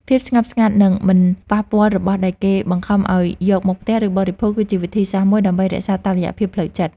ភាពស្ងប់ស្ងាត់និងការមិនប៉ះពាល់របស់ដែលគេបង្ខំឱ្យយកមកផ្ទះ ឬបរិភោគ គឺជាវិធីសាស្ត្រមួយដើម្បីរក្សាតុល្យភាពផ្លូវចិត្ត។